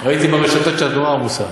ראיתי ברשתות שאת נורא עמוסה.